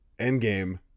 Endgame